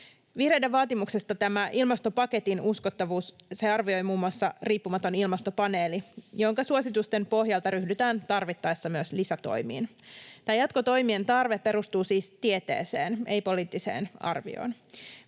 Vihreiden vaatimuksesta tämän ilmastopaketin uskottavuuden arvioi muun muassa riippumaton ilmastopaneeli, jonka suositusten pohjalta ryhdytään tarvittaessa myös lisätoimiin. Tämä jatkotoimien tarve perustuu siis tieteeseen, ei poliittiseen arvioon.